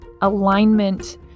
alignment